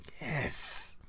Yes